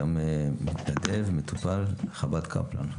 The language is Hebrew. גם מתנדב, מטופל, חב"ד קפלן.